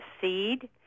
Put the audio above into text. seed